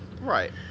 right